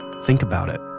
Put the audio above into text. think about it,